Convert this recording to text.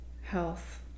health